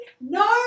No